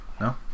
No